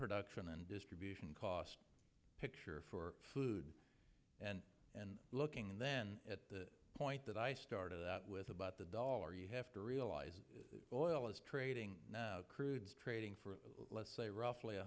production and distribution cost picture for food and and looking and then at the point that i started out with about the dollar you have to realize that boyle is trading crude is trading for let's say roughly